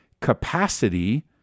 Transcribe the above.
capacity